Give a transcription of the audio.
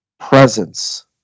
presence